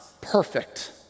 perfect